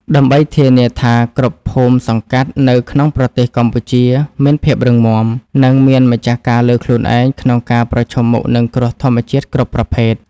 ដើម្បីធានាថាគ្រប់ភូមិសង្កាត់នៅក្នុងប្រទេសកម្ពុជា មានភាពរឹងមាំ និងមានម្ចាស់ការលើខ្លួនឯងក្នុងការប្រឈមមុខនឹងគ្រោះធម្មជាតិគ្រប់ប្រភេទ។